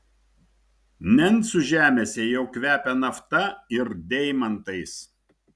nencų žemėse jau kvepia nafta ir deimantais